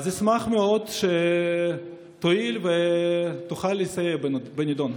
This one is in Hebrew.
אשמח מאוד שתואיל ותוכל לסייע בנדון.